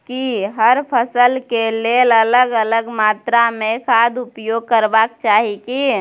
की हर फसल के लेल अलग अलग मात्रा मे खाद उपयोग करबाक चाही की?